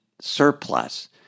surplus